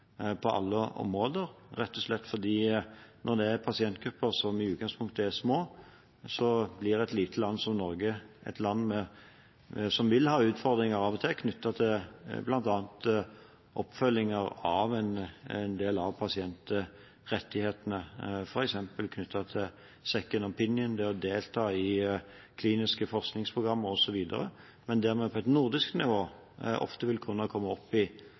på alle måter, rett og slett fordi pasientgrupper som i utgangspunktet er små, i et lite land som Norge av og til vil ha utfordringer knyttet til bl.a. oppfølging av en del av pasientrettighetene, f.eks. en «second opinion», det å delta i kliniske forskningsprogram osv., men på et nordisk nivå vil vi ofte kunne komme opp i